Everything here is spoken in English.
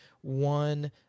one